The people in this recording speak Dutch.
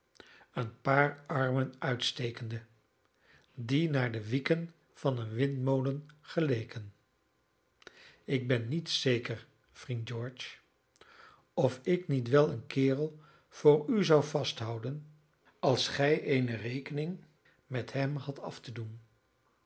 een paar armen uitstekende die naar de wieken van een windmolen geleken ik ben niet zeker vriend george of ik niet wel een kerel voor u zou vasthouden als gij eene rekening met hem had af te doen